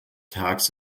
tax